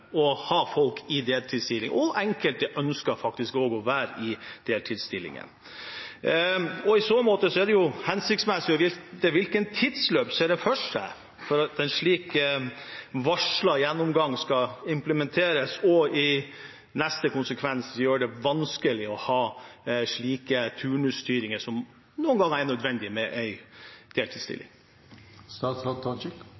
og enkelte ønsker faktisk også å være i en deltidsstilling. I så måte er det hensiktsmessig å vite hvilket tidsløp en ser for seg for at en slik varslet gjennomgang skal implementeres og i neste konsekvens gjøre det vanskelig å ha slike turnusstyringer som noen ganger er nødvendig med